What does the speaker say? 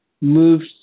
moved